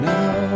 Now